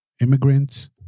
immigrants